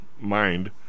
mind